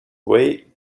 way